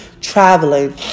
Traveling